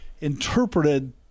interpreted